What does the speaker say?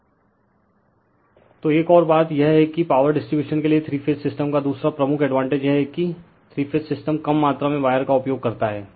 refer slide time 1847 तो एक और बात यह है कि पॉवर डिस्ट्रीब्यूशन के लिए थ्री फेज सिस्टम का दूसरा प्रमुख एडवांटेज यह है कि थ्री फेज सिस्टम कम मात्रा में वायर का उपयोग करता है